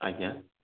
ଆଜ୍ଞା